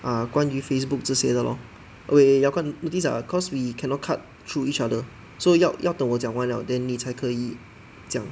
ah 关于 Facebook 这些的 lor okay cause we cannot cut through each other so 要要等我讲完了 then 你才可以讲